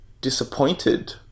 disappointed